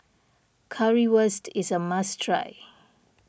Currywurst is a must try